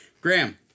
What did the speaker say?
Graham